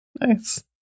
Nice